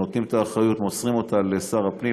מוסרים אותה לשר הפנים.